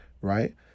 right